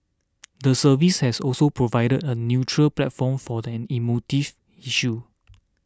the service has also provided a neutral platform for an emotive issue